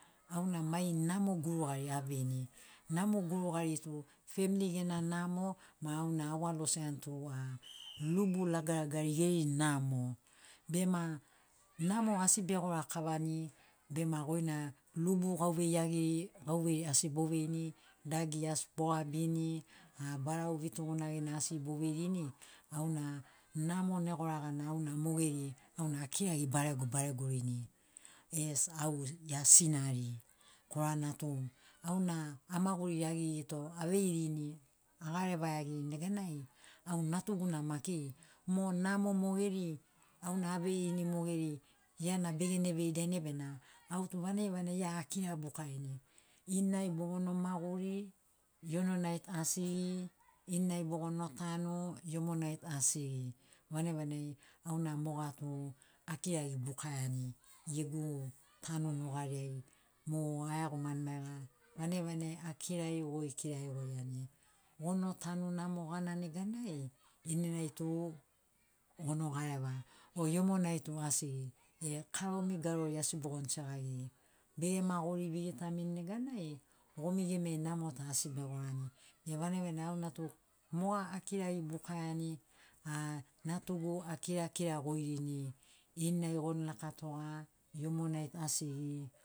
Auna mai namo gurugari aveini. Namo gurugari tu famili gena namo, ma auna awalosiani tu a lubu lagalagariai geri namo. Bema namo asi begora kavani bema goina lubu gauvei iagiri gauveiri asi boveirini, dagi asi bogabini. A barau vitugunagina asi boveirini auna namo negora gana auna mogeri auna akiragi barego baregorini as au gia sinari. Korana tu auna amaguri iagirito, aveirini agareva iagirini neganai, au natugu na maki mo namo mogeri auna aveirini mogeri gia na begene vei dainai bena au tu vanagi vanagi gia akira bukarini, ininai bogono maguri, iono nai tu asigi, ininai bogono tanu, iononai tu asigi. Vanagi vanagi auna moga tu akiragi bukaiani gegu tanu nugariai mo ai iagomani maiga vanagi vanagi akiragi goi kiragi goi ani. Gono tanu namo gana neganai, ini nai tu gono gareva, o iomonai tu asigi. E karomi garori asi bogono segagiri, begema gori vigitamini neganai, gomi gemi ai namo ta asi begorani. E vanagi vanagi au natu moga akiragi bukaiani. A natugu akira kira goirini. Ininai gono lakatoga, iomonai tu asigi